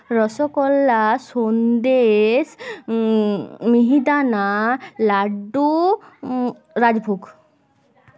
rasgulla sandesh mihidana laddu rajbhog